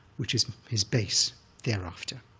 which is his base thereafter,